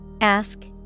Ask